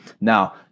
Now